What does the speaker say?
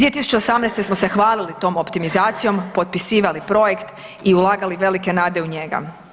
2018. smo se hvalili tom optimizacijom, potpisivali projekt i ulagali velike nade u njega.